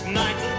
night